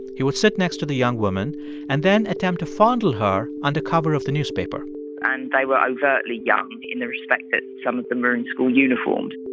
he would sit next to the young woman and then attempt to fondle her under cover of the newspaper and they were overtly young, in the respect that some of them were in school uniforms